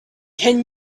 can